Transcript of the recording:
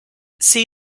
see